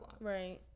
Right